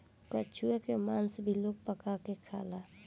कछुआ के मास भी लोग पका के खाला